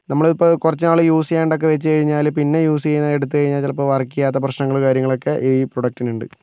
നമ്മളിപ്പം കുറച്ചു നാൾ യൂസ് ചെയ്യാണ്ടൊക്കെ വെച്ച് കഴിഞ്ഞാൽ പിന്നെ യൂസ് ചെയ്യാന് എടുത്തുകഴിഞ്ഞാൽ ചിലപ്പോൾ വര്ക്ക് ചെയ്യാത്ത പ്രശ്നങ്ങൾ കാര്യങ്ങളൊക്കെ ഈ പ്രൊഡക്റ്റിനുണ്ട്